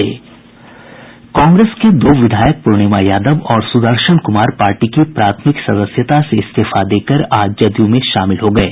कांग्रेस के दो विधायक पूर्णिमा यादव और सुदर्शन कुमार पार्टी की प्राथमिक सदस्यता से इस्तीफा देकर आज जदयू में शामिल हो गये